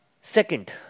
Second